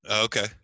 Okay